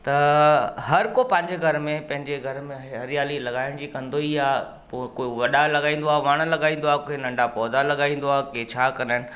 त हर को पंहिंजे घर में पंहिंजे घर में हरियाली लॻाइण जी कंदो ई आहे पो कोई वॾा लॻाईंदो आहे वणु लॻाईंदो आहे कोई नंढा पौधा लॻाईंदो आहे के छा कंदा आहिनि